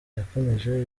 yakomeje